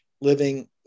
living